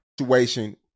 Situation